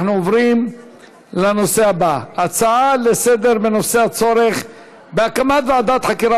נעבור להצעה לסדר-היום בנושא: הצורך בהקמת ועדת חקירה